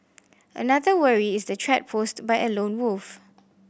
another worry is the threat posed by a lone wolf